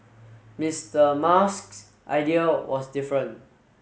Mister Musk's idea was different